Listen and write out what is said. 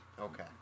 Okay